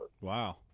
Wow